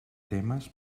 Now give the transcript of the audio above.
temes